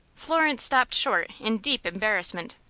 florence stopped short in deep embarrassment.